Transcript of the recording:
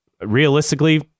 realistically